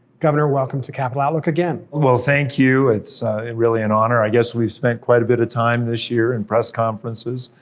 governor, welcome to capitol outlook again. well, thank you, it's really an honor. i guess we've spent quite a bit of time this year in press conferences.